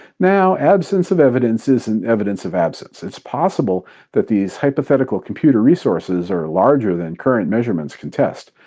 now, absence of evidence isn't evidence of absence it's possible that these hypothetical computer resources are larger than current measurements can test.